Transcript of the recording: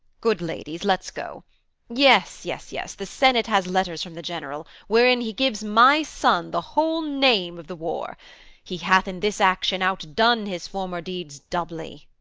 good ladies, let's go yes, yes, yes the senate has letters from the general, wherein he gives my son the whole name of the war he hath in this action outdone his former deeds doubly.